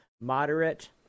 moderate